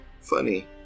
funny